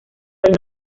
del